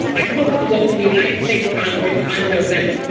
i hope to go to the united states congress on november